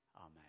amen